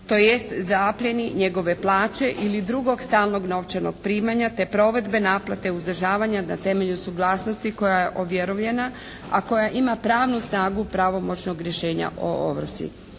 tj. zaplijeni njegove plaće ili drugog stalnog novčanog primanja te provedbe naplate uzdržavanja na temelju suglasnosti koja je ovjerovljena a koja ima pravnu snagu pravomoćnog rješenja o ovrsi.